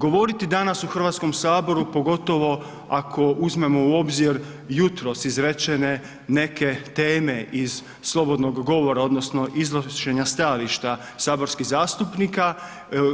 Govoriti danas u Hrvatskom saboru pogotovo ako uzmemo u obzir jutros izrečene neke teme iz slobodnog govora odnosno iznošenja stajališta saborskih zastupnika,